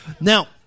Now